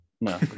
No